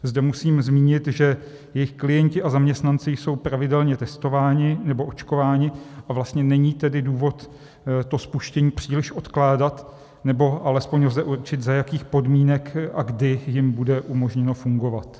Zde musím zmínit, že jejich klienti a zaměstnanci jsou pravidelně testováni nebo očkováni, a není tedy důvod to spuštění příliš odkládat, nebo alespoň lze určit, za jakých podmínek a kdy jim bude umožněno fungovat.